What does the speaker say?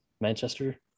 Manchester